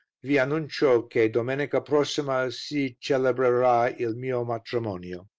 vi annuncio che domenica prossima si celebrera il mio matrimonio.